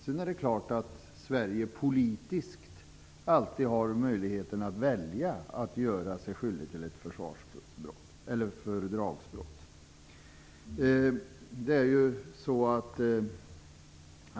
Sedan är det klart att Sverige politiskt alltid har möjlighet att välja att göra sig skyldigt till ett fördragsbrott.